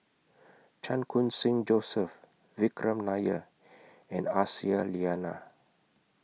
Chan Khun Sing Joseph Vikram Nair and Aisyah Lyana